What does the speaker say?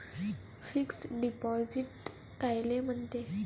Fix deposit कायले म्हनते?